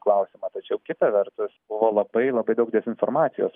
klausimą tačiau kita vertus buvo labai labai daug dezinformacijos